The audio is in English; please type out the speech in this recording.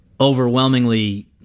overwhelmingly